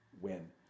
win